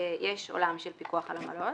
אני יכול להסביר איך PayPal פועלת,